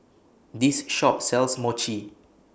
This Shop sells Mochi